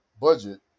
budget